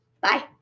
Bye